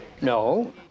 no